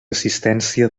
assistència